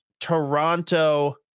Toronto